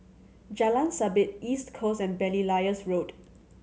Jalan Sabit East Coast and Belilios Road